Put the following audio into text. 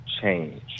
change